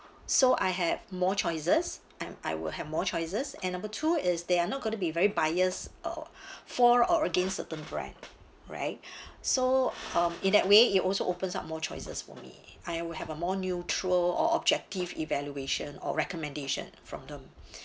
so I have more choices and I will have more choices and number two is they are not going to be very bias uh for or against certain brand right so um in that way it also opens up more choices for me I will have a more neutral or objective evaluation or recommendation from them